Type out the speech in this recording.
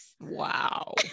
wow